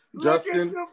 Justin